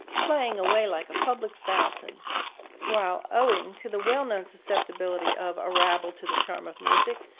playing away like a public fountain while, owing to the well-known susceptibility of a rabble to the charm of music,